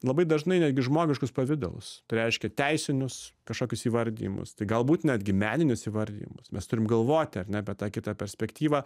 labai dažnai netgi žmogiškus pavidalus tai reiškia teisinius kažkokius įvardijimus tai galbūt netgi meninius įvardijimus mes turim galvoti ar ne apie tą kitą perspektyvą